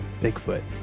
Bigfoot